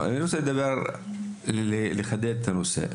אני רוצה לחדד את הנושא.